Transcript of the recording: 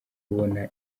kubona